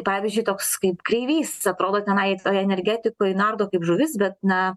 pavyzdžiui toks kaip kreivys atrodo tenai toj energetikoj nardo kaip žuvis bet na